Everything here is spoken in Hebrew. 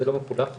זה לא מחולק פה.